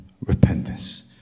repentance